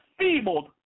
feebled